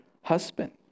husband